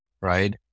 right